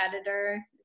editor